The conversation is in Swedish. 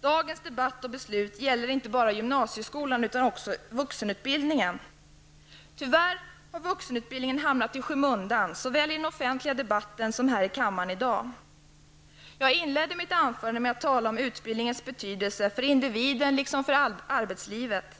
Dagens debatt och beslut gäller inte bara gymnasieskolan utan även vuxenutbildningen. Tyvärr har vuxenutbildningen hamnat i skymundan, såväl i den offentliga debatten som här i kammaren i dag. Jag inledde mitt anförande med att tala om utbildningens betydelse för individen liksom för arbetslivet.